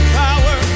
power